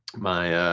my